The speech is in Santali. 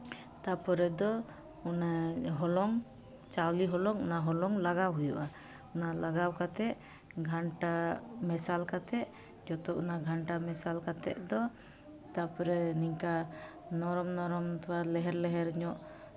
ᱛᱟᱨᱯᱚᱨᱮ ᱫᱚ ᱚᱱᱟ ᱦᱚᱞᱚᱝ ᱪᱟᱣᱞᱮ ᱦᱚᱞᱚᱝ ᱞᱟᱜᱟᱣ ᱦᱩᱭᱩᱜᱼᱟ ᱚᱱᱟ ᱞᱟᱜᱟᱣ ᱠᱟᱛᱮᱫ ᱜᱷᱟᱱᱴᱟ ᱢᱮᱥᱟᱞ ᱠᱟᱛᱮᱫ ᱡᱷᱚᱛᱚ ᱚᱱᱟ ᱜᱷᱟᱱᱴᱟᱞ ᱢᱮᱥᱟᱞ ᱠᱟᱛᱮᱫ ᱫᱚ ᱛᱟᱨᱯᱚᱨᱮ ᱱᱤᱝᱠᱟᱹ ᱱᱚᱨᱚᱢ ᱱᱚᱨᱚᱢ ᱛᱷᱚᱲᱟ ᱞᱮᱦᱮᱨ ᱞᱮᱦᱮᱨ ᱧᱚᱜ